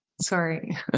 Sorry